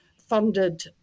funded